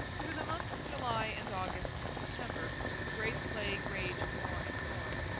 through the months of july and august and september, the great plague raged more and more.